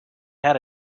had